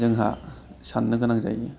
जोंहा साननो गोनां जायो